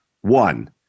One